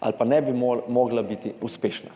ali pa ne bi mogla biti uspešna.